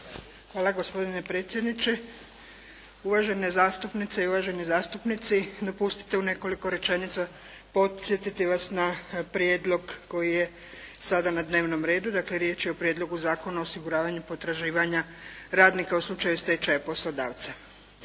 Hvala gospodine predsjedniče, uvažene zastupnice i uvaženi zastupnici. Dopustite u nekoliko rečenica podsjetiti vas na prijedlog koji je sada na dnevnom redu. Dakle, riječ je o Prijedlogu Zakona o osiguravanju potraživanja radnika u slučaju stečaja poslodavca.